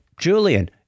Julian